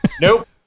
Nope